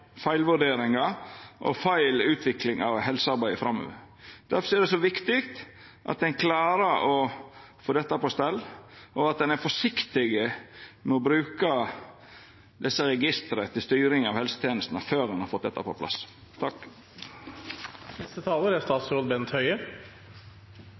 feilvurderingar og feil utvikling av helsearbeidet framover. Difor er det så viktig at ein klarer å få dette på stell, og at ein er forsiktig med å bruka desse registra til styring av helsetenestene før ein har fått dette på plass.